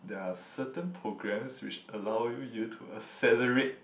there are certain programs which allow you to accelerate